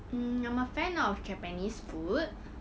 mm I'm a fan of japanese food